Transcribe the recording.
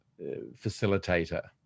facilitator